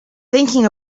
thinking